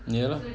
ya lor